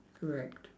correct